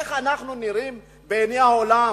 איך אנחנו נראים בעיני העולם